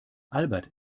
albert